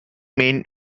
main